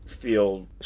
feel